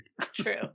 True